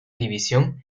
división